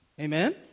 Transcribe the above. Amen